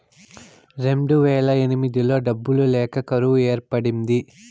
రెండువేల ఎనిమిదిలో డబ్బులు లేక కరువు ఏర్పడింది